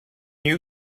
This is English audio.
you